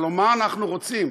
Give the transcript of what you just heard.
הלוא מה אנחנו רוצים?